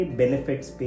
benefits